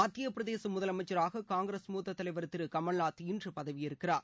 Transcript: மத்தியபிரதேச முதலமைச்சராக காங்கிரஸ் மூத்த தலைவர் திரு கமல்நாத் இன்று பதவியேற்கிறார்